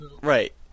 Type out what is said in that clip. Right